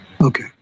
okay